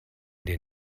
der